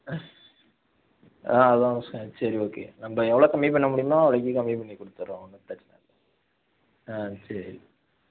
ஆ அதான் சரி ஓகே நம்ப எவ்வளோ கம்மி பண்ண முடியுமோ அவ்வளோக்கி கம்மி பண்ணி கொடுத்தட்றோம் ஒன்றும் பிரச்சன இல்லை ஆ சரி